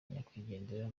nyakwigendera